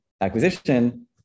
acquisition